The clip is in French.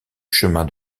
chemin